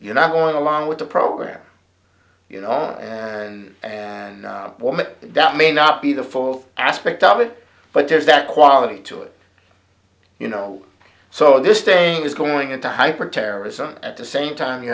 you're not going along with the program you know and and woman that may not be the full aspect of it but there's that quality to it you know so this thing is going into hyper terrorism at the same time you